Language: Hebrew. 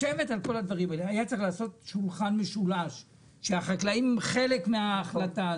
היה צריך לעשות שולחן משולש שבו החקלאים הם חלק מההחלטה.